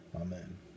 Amen